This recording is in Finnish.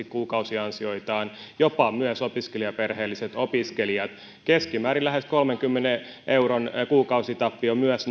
kuukausiansioissaan jopa myös perheelliset opiskelijat keskimäärin lähes kolmenkymmenen euron kuukausitappio myös